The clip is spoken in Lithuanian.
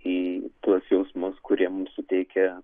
į tuos jausmus kurie mums suteikia